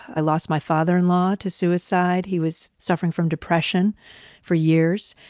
i lost my father-in-law to suicide. he was suffering from depression for years.